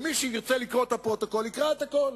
ומי שירצה לקרוא את הפרוטוקול יקרא את הכול.